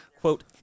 quote